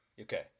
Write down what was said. Okay